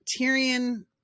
Tyrion